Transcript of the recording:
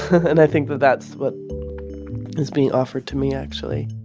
and i think that that's what is being offered to me, actually